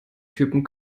typen